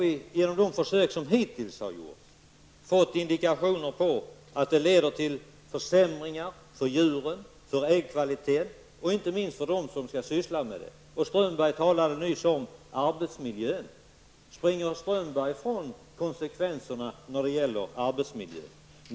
Genom de försök som hittills har gjorts har vi nu fått indikationer på att det blir försämringar för djuren, för äggkvaliteten och inte minst för dem som skall syssla med verksamheten. Håkan Strömberg talade nyss om arbetsmiljön. Springer Håkan Strömberg ifrån konsekvenserna när det gäller arbetsmiljön?